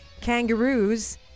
Kangaroos